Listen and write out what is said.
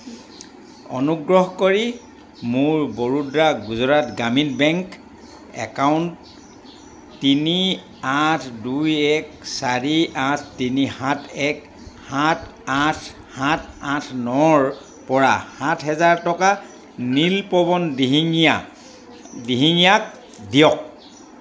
অনুগ্ৰহ কৰি মোৰ বৰোডা গুজৰাট গ্ৰামীণ বেংক একাউণ্ট তিনি আঠ দুই এক চাৰি আঠ তিনি সাত এক সাত আঠ সাত আঠ নৰ পৰা সাত হেজাৰ টকা নীলপৱন দিহিঙীয়া দিহিঙীয়াক দিয়ক